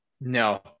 no